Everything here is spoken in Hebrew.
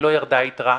ולא ירדה יתרה.